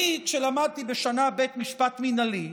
אני, כשלמדתי בשנה ב' משפט מינהלי,